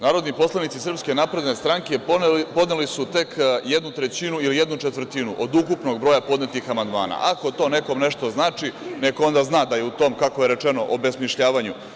Narodni poslanici SNS podneli su tek jednu trećinu ili jednu četvrtinu od ukupnog broja podnetih amandmana, a ako to nekome nešto znači, neka onda zna da je u tom, kako je rečeno, obesmišljavanju.